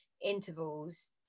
intervals